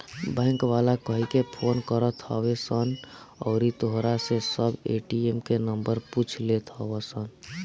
bank वाला कहिके phone करत हवे सन अउरी तोहरा से सब ए.टी.एम के नंबर पूछ लेत हवन सन